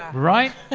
um right?